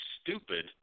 stupid